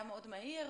היה מאוד מהיר,